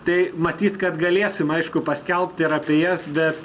tai matyt kad galėsim aišku paskelbt ir apie jas bet